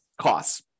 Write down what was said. costs